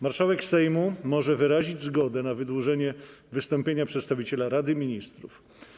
Marszałek Sejmu może wyrazić zgodę na wydłużenie wystąpienia przedstawiciela Rady Ministrów.